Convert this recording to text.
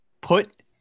put